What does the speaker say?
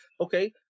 Okay